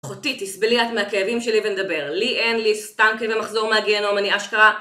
אחותי תסבלי את מהכאבים שלי ונדבר לי אין לי סתם כאבי מחזור מהגיהנום אני אשכרה